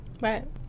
Right